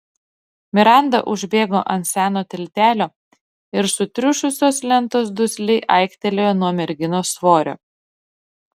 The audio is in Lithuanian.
miranda užbėgo ant seno tiltelio ir sutriušusios lentos dusliai aiktelėjo nuo merginos svorio